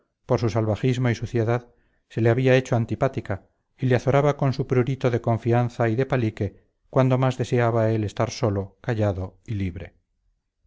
por su salvajismo y suciedad se le había hecho antipática y le azoraba con su prurito de confianza y de palique cuando más deseaba él estar solo callado y libre